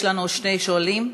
יש לנו שני שואלים.